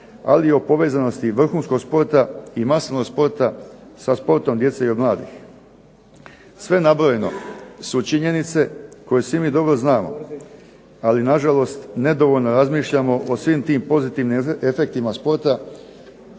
ali i o povezanosti vrhunskog sporta, i masovnog sporta sa sportom djece i mladih. Sve nabrojeno su činjenice koje svi mi dobro znamo, ali na žalost nedovoljno razmišljamo o svim tim pozitivnim efektima sporta,